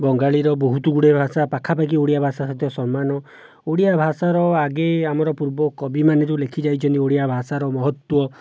ବଙ୍ଗାଳୀର ବହୁତଗୁଡ଼ିଏ ଭାଷା ପାଖାପାଖି ଓଡ଼ିଆ ଭାଷା ସହିତ ସମାନ ଓଡ଼ିଆ ଭାଷାର ଆଗେ ଆମର ପୂର୍ବ କବିମାନେ ଯେଉଁ ଲେଖିଯାଇଛନ୍ତି ଓଡ଼ିଆ ଭାଷାର ମହତ୍ତ୍ଵ